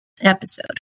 episode